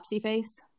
face